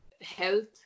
health